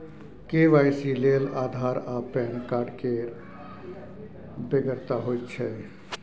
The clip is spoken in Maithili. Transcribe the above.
के.वाई.सी लेल आधार आ पैन कार्ड केर बेगरता होइत छै